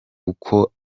uko